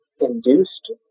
induced